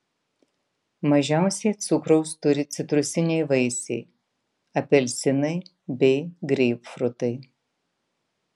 mažiausiai cukraus turi citrusiniai vaisiai apelsinai bei greipfrutai